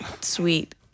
sweet